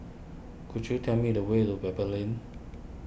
could you tell me the way to Pebble Lane